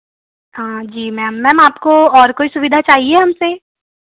हाँ जी ma'am ma'am आपको और कुछ सुविधा चाहिए हमसे